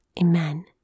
Amen